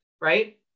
right